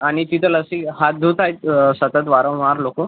आणि तिथं लसी हात धुत आहेत सतत वारंवार लोक